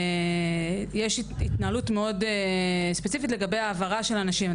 יש התנהלות מאוד ספציפית לגבי ההעברה של אנשים.